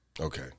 Okay